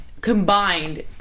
combined